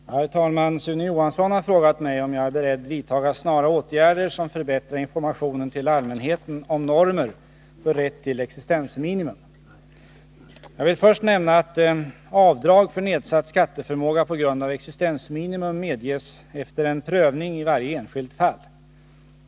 Herr talman! Sune Johansson har frågat mig om jag är beredd att vidtaga snara åtgärder som förbättrar informationen till allmänheten om normer för rätt till existensminimum. Jag vill först nämna att avdrag för nedsatt skatteförmåga på grund av existensminimum medges efter en prövning i varje enskilt fall.